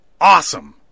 awesome